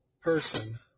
person